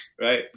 Right